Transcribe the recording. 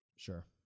sure